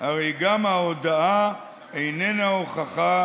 הרי גם ההודאה איננה הוכחה,